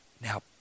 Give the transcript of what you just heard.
Now